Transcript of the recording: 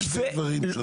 אלה שני דברים שונים.